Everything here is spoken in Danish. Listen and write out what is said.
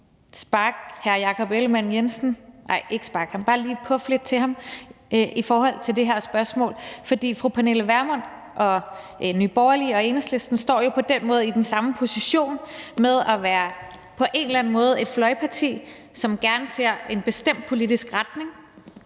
sparke hr. Jakob Ellemann-Jensen, nej, ikke sparke ham, men bare lige puffe lidt til ham i forhold til det her spørgsmål. For fru Pernille Vermund og Nye Borgerlige, og Enhedslisten står jo på den måde i den samme position med på en eller anden måde at være et fløjparti, som gerne ser en bestemt politisk retning.